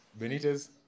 Benitez